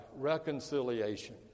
reconciliation